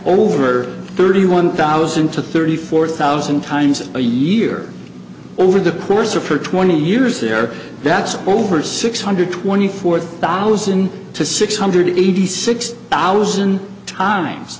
over thirty one thousand to thirty four thousand times a year over the course of her twenty years there that's over six hundred twenty four thousand to six hundred eighty six thousand times